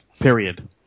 Period